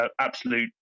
absolute